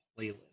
playlist